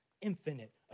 infinite